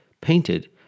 painted